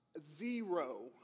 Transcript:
Zero